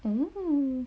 mm